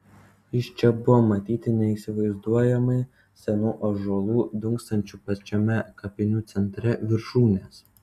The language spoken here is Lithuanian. iš čia buvo matyti neįsivaizduojamai senų ąžuolų dunksančių pačiame kapinių centre viršūnės